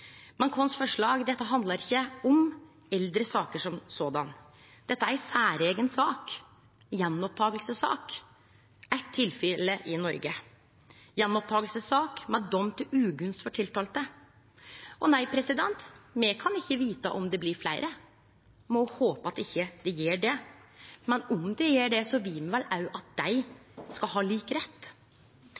Men forslaget vårt handlar ikkje om eldre saker som såleis. Dette er ei særeiga sak, ei gjenopptakingssak. Det er eitt tilfelle i Noreg med ei gjenopptakingssak med dom til ugunst for tiltalte. Nei, me kan ikkje vite om det blir fleire. Me må jo håpe at det ikkje gjer det, men om det gjer det, vil me vel òg at dei skal ha lik rett.